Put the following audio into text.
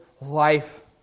life